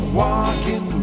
walking